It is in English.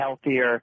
healthier